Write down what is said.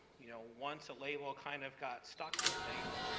you know, once a label kind of got stuck with things,